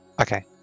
Okay